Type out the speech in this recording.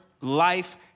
life